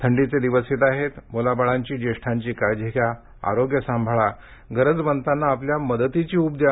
थंडीचे दिवस येत आहेत मुलाबाळांची ज्येष्ठांची काळजी घ्या आरोग्य सांभाळा गरजवंतांना आपल्या मदतीची ऊब द्या